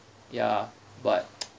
ya but